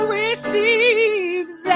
receives